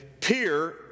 peer